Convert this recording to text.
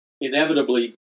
inevitably